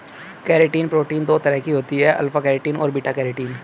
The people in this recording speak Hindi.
केरेटिन प्रोटीन दो तरह की होती है अल्फ़ा केरेटिन और बीटा केरेटिन